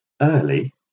early